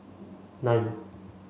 nine